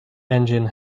engine